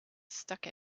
stuck